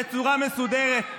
בצורה מסודרת.